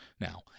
now